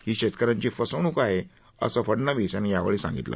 ही शेतक यांची फसवणूक आहे असं फडनवीस यांनी यावेळी सांगितलं